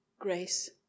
Grace